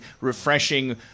refreshing